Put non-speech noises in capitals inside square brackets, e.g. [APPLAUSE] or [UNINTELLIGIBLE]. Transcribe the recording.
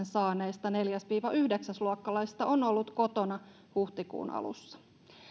[UNINTELLIGIBLE] saaneista neljäs viiva yhdeksäs luokkalaisista on ollut kotona huhtikuun alussa